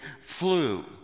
flew